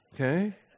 Okay